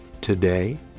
today